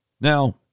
Now